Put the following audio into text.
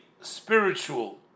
spiritual